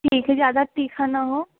ठीक है ज़्यादा तीखा ना हो